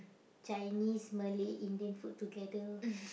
Chinese Malay Indian food together